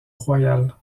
royal